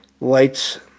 lights